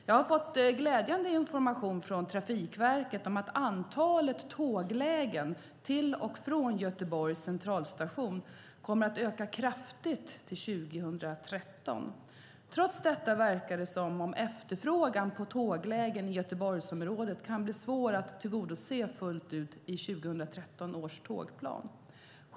Jag har fått glädjande information från Trafikverket om att antalet tåglägen till och från Göteborgs centralstation kommer att öka kraftigt till 2013. Trots detta verkar det som om efterfrågan på tåglägen i Göteborgsområdet kan bli svår att tillgodose fullt ut i 2013 års tågplan.